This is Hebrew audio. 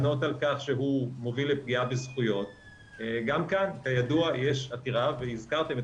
משכך, גם לא אמור לגרוע מזכויות הילדים או מזכויות